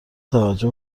توجه